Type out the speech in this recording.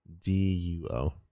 D-U-O